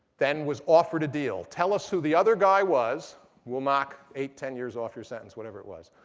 then was offered a deal. tell us who the other guy was, we'll knock eight, ten years off your sentence, whatever it was.